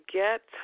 get